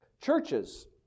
churches